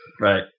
right